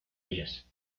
ellas